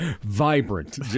Vibrant